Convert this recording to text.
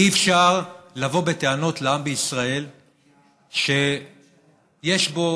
אי-אפשר לבוא בטענות לעם בישראל שיש בו